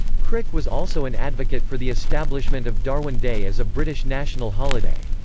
crick was also an advocate for the establishment of darwin day as a british national holiday.